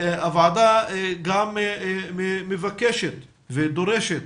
הוועדה גם מבקשת ודורשת